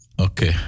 Okay